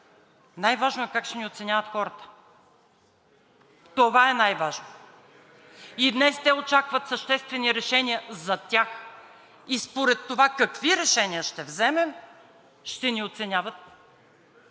Най-важно е как ще ни оценяват хората, това е най-важно! И днес те очакват съществени решения за тях и според това какви решения ще вземем, ще ни оценяват всеки